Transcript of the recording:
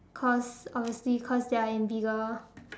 cause obviously cause they are in bigger